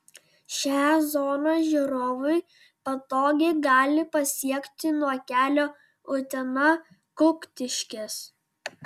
šią zoną žiūrovai patogiai gali pasiekti nuo kelio utena kuktiškės